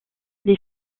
les